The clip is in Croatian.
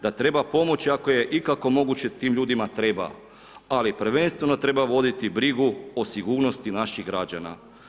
Da treba pomoći ako je ikako moguće tim ljudima treba, ali prvenstveno treba voditi brigu o sigurnosti naših građana.